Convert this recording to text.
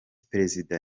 perezida